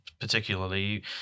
particularly